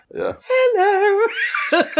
hello